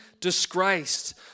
disgraced